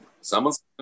someone's